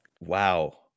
wow